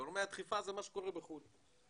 וגורמי הדחיפה זה מה שקורה בחוץ לארץ.